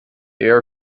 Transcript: air